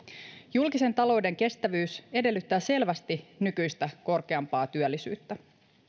julkisen talouden kestävyys edellyttää selvästi nykyistä korkeampaa työllisyyttä